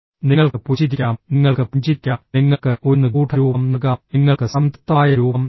നിങ്ങൾക്ക് പുഞ്ചിരിക്കാം നിങ്ങൾക്ക് പുഞ്ചിരിക്കാം നിങ്ങൾക്ക് ഒരു നിഗൂഢ രൂപം നൽകാം നിങ്ങൾക്ക് സംതൃപ്തമായ രൂപം നൽകാം